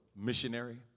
missionary